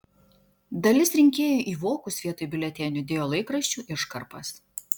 dalis rinkėjų į vokus vietoj biuletenių dėjo laikraščių iškarpas